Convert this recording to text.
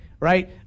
Right